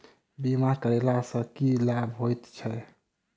बीमा करैला सअ की लाभ होइत छी?